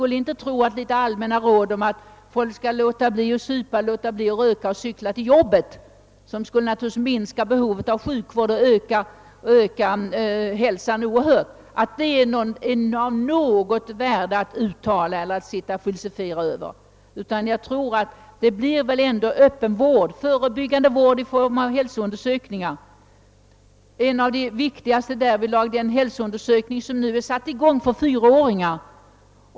Litet allmänna råd om att man skall låta bli att supa och röka och att man skall cykla till jobbet, vilket naturligtvis skulle minska behovet av sjukvård och öka hälsan oerhört, är det ingen idé att ge eller filosofera över. Det måste väl bli fråga om öppen vård och förebyggande vård i form av hälsoundersökningar. En av de viktigaste åtgärderna därvidlag är den hälsoundersökning som nu har satts i gång för fyraåringar.